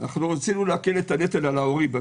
רצינו להקל את הנטל על ההורים.